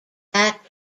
that